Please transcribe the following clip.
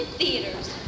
theaters